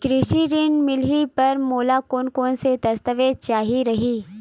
कृषि ऋण मिलही बर मोला कोन कोन स दस्तावेज चाही रही?